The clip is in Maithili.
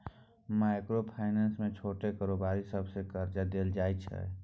माइक्रो फाइनेंस मे छोट कारोबारी सबकेँ करजा देल जाइ छै